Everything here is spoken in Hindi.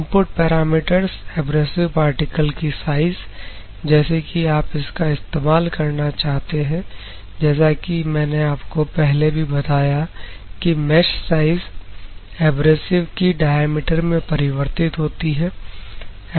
इनपुट पैरामीटर एब्रेसिव पार्टिकल की साइज जैसे कि आप इसका इस्तेमाल करना चाहते हैं जैसा कि मैंने आपको पहले भी बताया कि मेश साइज एब्रेसिव कि डायमीटर में परिवर्तित होती है